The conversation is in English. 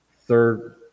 third –